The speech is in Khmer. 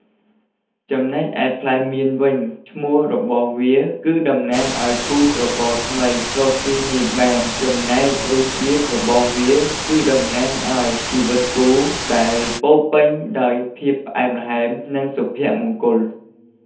រីឯផ្លែមានវិញ ឈ្មោះរបស់វាគឺតំណាងឲ្យគូស្រករថ្មីរកសុីមានបាន ចំណែករសជាតិរបស់វាគឺតំណាងឲ្យ ជីវិតគូដែលពោរពេញដោយភាពផ្អែមល្ហែម និងសុភមង្គល។